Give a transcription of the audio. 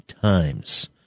times